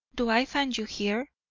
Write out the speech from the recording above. do i find you here?